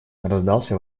раздался